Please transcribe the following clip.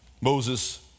Moses